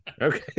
okay